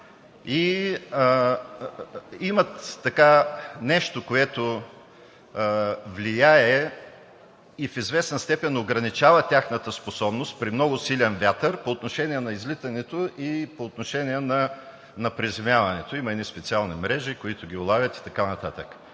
Но имат нещо, което влияе и в известна степен ограничава тяхната способност при много силен вятър по отношение на излитането и по отношение на приземяването. Има едни специални мрежи, които ги улавят, и така нататък.